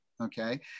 Okay